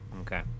Okay